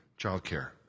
childcare